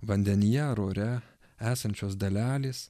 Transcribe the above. vandenyje ar ore esančios dalelės